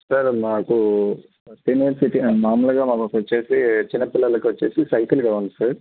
sir నాకు senior మామూలుగా మాకు వచ్చేసి చిన్నపిల్లలకు వచ్చేసి సైకిల్ కావాలి సార్